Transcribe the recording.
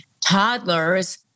toddlers